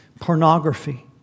pornography